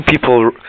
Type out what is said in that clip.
people